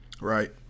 Right